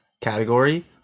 category